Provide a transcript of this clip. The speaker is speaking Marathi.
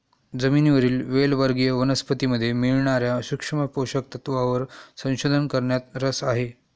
जमिनीवरील वेल वर्गीय वनस्पतीमध्ये मिळणार्या सूक्ष्म पोषक तत्वांवर संशोधन करण्यात रस आहे